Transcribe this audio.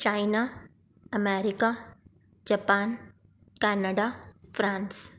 China America Japan Canada France